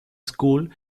school